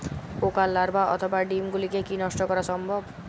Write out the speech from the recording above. পোকার লার্ভা অথবা ডিম গুলিকে কী নষ্ট করা সম্ভব?